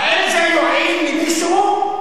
האם זה יועיל למישהו?